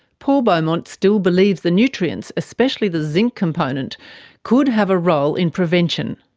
paul beaumont still believes the nutrients especially the zinc component could have a role in prevention.